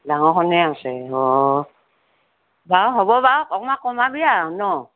ডাঙৰখনে আছে অ বাৰু হ'ব বাৰু অকণমান কমাবি আৰু ন'